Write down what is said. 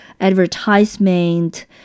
advertisement